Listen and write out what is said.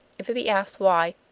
if it be asked why,